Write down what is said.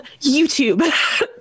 youtube